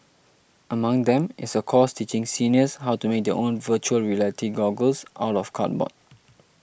among them is a course teaching seniors how to make their own Virtual Reality goggles out of cardboard